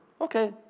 Okay